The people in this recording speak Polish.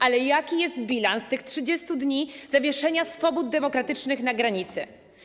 Ale jaki jest bilans tych 30 dni zawieszenia swobód demokratycznych na granicy?